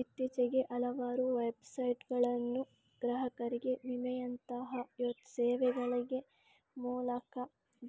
ಇತ್ತೀಚೆಗೆ ಹಲವಾರು ವೆಬ್ಸೈಟುಗಳನ್ನು ಗ್ರಾಹಕರಿಗೆ ವಿಮೆಯಂತಹ ಸೇವೆಗಳಿಗೆ ಮೂಲ